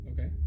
Okay